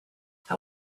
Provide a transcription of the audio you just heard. how